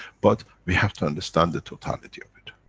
but we have to understand the totality of it.